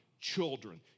children